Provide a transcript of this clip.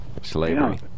slavery